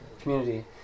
community